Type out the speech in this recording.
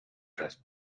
trust